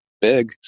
big